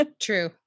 True